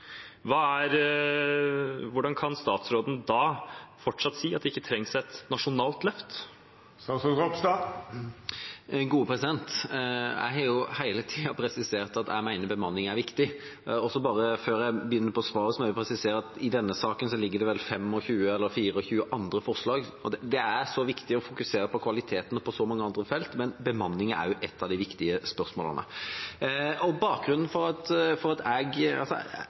Hvordan kan statsråden da fortsatt si at det ikke trengs et nasjonalt løft? Jeg har hele tida presisert at jeg mener bemanning er viktig. Og før jeg begynner på svaret, må jeg presisere at i denne saken ligger det vel 24 andre forslag. Det er viktig å fokusere på kvalitet og på mange andre felt, men bemanning er et av de viktig spørsmålene. Jeg har pekt på i det svaret som representanten viste til om behovet for 1 250 som er skissert, at